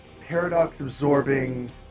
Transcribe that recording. paradox-absorbing